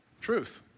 truth